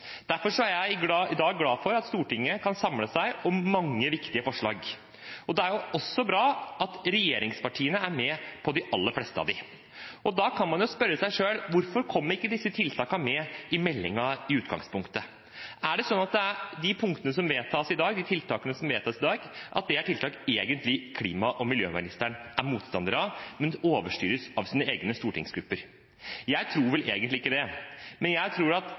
Derfor er jeg i dag glad for at Stortinget kan samle seg om mange viktige forslag, og det er også bra at regjeringspartiene er med på de aller fleste av dem. Da kan man jo spørre seg selv: Hvorfor kom ikke disse tiltakene med i meldingen i utgangspunktet? Er det sånn at de punktene som vedtas i dag, de tiltakene som vedtas i dag, er tiltak klima- og miljøministeren egentlig er motstander av, men at han overstyres av sine egne stortingsgrupper? Jeg tror vel egentlig ikke det, men jeg tror at